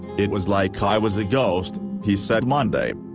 it was like i was a ghost, he said monday.